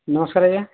ନମସ୍କାର ଆଜ୍ଞା